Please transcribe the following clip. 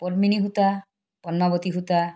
পদ্মিনী সূতা পদ্মাৱতী সূতা